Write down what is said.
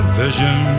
vision